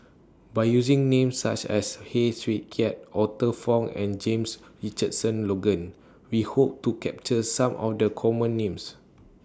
By using Names such as Heng Swee Keat Arthur Fong and James Richardson Logan We Hope to capture Some of The Common Names